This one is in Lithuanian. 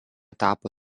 tapo